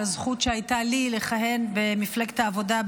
הזכות שהייתה לי לכהן במפלגת העבודה,